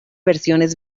versiones